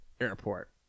Airport